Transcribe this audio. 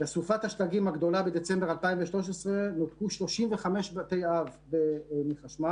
בסופת השלגים הגדולה בדצמבר 2013 נותקו 35,000 בתי אב מחשמל,